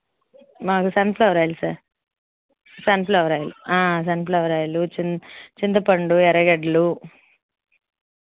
మాకు sunflower oil sir sunflower oil sunflower oil చిం చింతపండు ఎర్రగడ్డలు